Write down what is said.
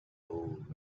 old